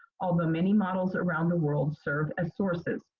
although many models around the world serve as sources.